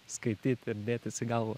skaityt ir dėtis į galvą